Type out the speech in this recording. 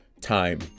time